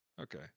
Okay